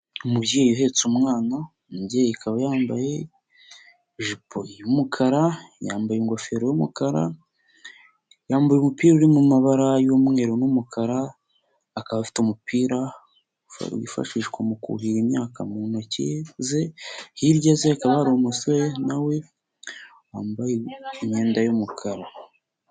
Umubyeyi uhetse umwana, umubyeyi akaba yambaye ijipo y'umukara, yambaye ingofero y'umukara, yambaye umupira uri mu mabara y'umweru n'umukara, akaba afite umupira wifashishwa mu kuhira imyaka mu ntoki ze, hirya ze hakaba umusore na we wambaye imyenda y'umukara.